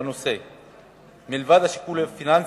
בנושא מלבד השיקול הפיננסי,